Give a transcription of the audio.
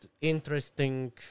interesting